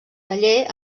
taller